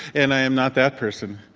and i am not that person.